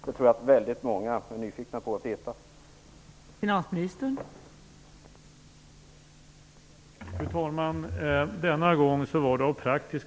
Jag tror att väldigt många är nyfikna och vill veta det.